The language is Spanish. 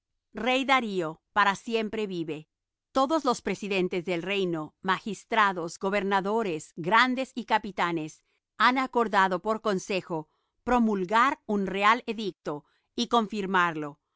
rey darío para siempre vive todos los presidentes del reino magistrados gobernadores grandes y capitanes han acordado por consejo promulgar un real